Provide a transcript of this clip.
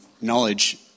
knowledge